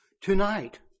tonight